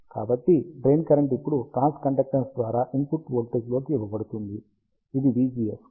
కాబట్టి drain current ఇప్పుడు transconductance ద్వారా ఇన్పుట్ వోల్టేజ్లోకి ఇవ్వబడుతుంది ఇది vgs